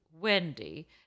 Wendy